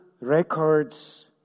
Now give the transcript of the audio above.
records